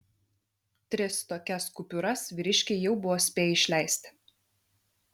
tris tokias kupiūras vyriškiai jau buvo spėję išleisti